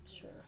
Sure